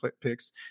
picks